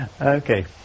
Okay